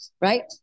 right